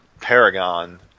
Paragon